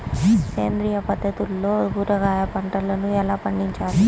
సేంద్రియ పద్ధతుల్లో కూరగాయ పంటలను ఎలా పండించాలి?